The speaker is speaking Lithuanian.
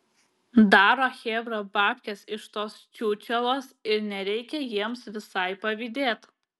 daro chebra babkes iš tos čiūčelos ir nereikia jiems visai pavydėt